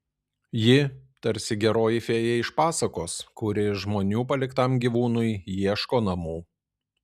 ji tarsi geroji fėja iš pasakos kuri žmonių paliktam gyvūnui ieško namų